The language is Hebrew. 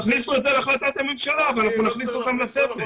תכניסו את זה להחלטת הממשלה ואנחנו נכניס אותם לצוות.